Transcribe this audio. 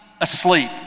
asleep